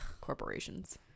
Corporations